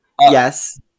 Yes